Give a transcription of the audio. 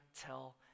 tell